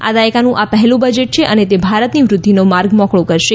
આ દાયકાનું આ પહેલું બજેટ છે અને તે ભારતની વૃદ્ધિનો માર્ગ મોકળો કરશે